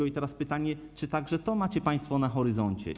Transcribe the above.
I teraz pytanie: Czy także to macie państwo na horyzoncie?